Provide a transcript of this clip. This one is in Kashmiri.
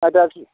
اَدٕ حظ